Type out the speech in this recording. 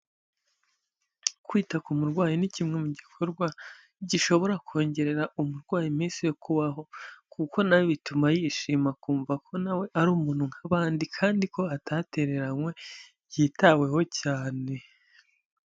Kwita ku murwayi ni kimwe mu gikorwa gishobora kongerera umurwayi iminsi yo kubaho kuko na bituma yishima akumva ko na we ari umuntu nk'abandi kandi ko atatereranywe, yitaweho cyane.